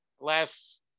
last